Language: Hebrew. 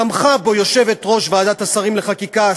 תמכה בו יושבת-ראש ועדת השרים לחקיקה,